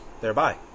thereby